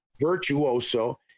virtuoso